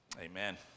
Amen